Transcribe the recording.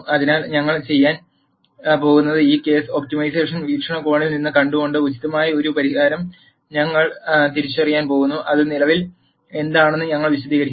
അതിനാൽ ഞങ്ങൾ ചെയ്യാൻ പോകുന്നത് ഈ കേസ് ഒപ്റ്റിമൈസേഷൻ വീക്ഷണകോണിൽ നിന്ന് കണ്ടുകൊണ്ട് ഉചിതമായ ഒരു പരിഹാരം ഞങ്ങൾ തിരിച്ചറിയാൻ പോകുന്നു അത് നിലവിൽ എന്താണെന്ന് ഞാൻ വിശദീകരിക്കുന്നു